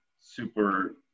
super